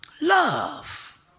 Love